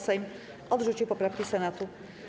Sejm odrzucił poprawki Senatu.